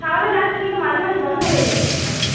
শাওয়ারও যাচ্ছে কিন্তু মাঝে মাঝে বন্ধ হয়ে যাচ্ছে জল